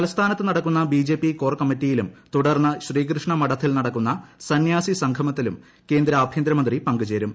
തലസ്ഥാനത്ത് നടക്കുന്ന BJP core കമ്മിറ്റിയിലും തുടർന്ന് ശ്രീകൃഷ്ണ മഠത്തിൽ നടക്കുന്ന സന്യാസി സംഗമത്തിലും കേന്ദ്ര ആഭ്യന്തര മന്ത്രി പങ്കുചേരും